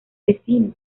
vecino